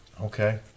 Okay